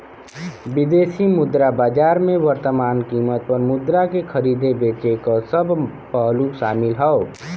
विदेशी मुद्रा बाजार में वर्तमान कीमत पर मुद्रा के खरीदे बेचे क सब पहलू शामिल हौ